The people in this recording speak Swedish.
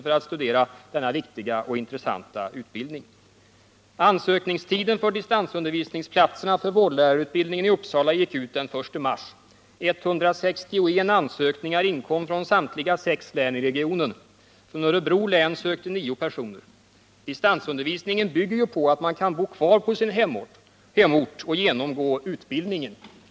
för att studera denna viktiga och intressanta utbildning. Ansökningstiden för distansundervisningsplatserna för vårdlärarutbildningen i Uppsala gick ut den 1 mars. 161 ansökningar inkom från samtliga sex län i regionen. Från Örebro län sökte nio personer. Distansundervisningen bygger ju på att man kan bo kvar på sin hemort och genomgå utbildningen.